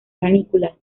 panículas